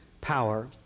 power